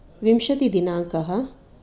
विंशतिदिनांकः